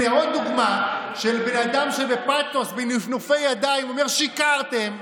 הינה עוד דוגמה של בן אדם שבפתוס ובנפנופי ידיים אומר: שיקרתם.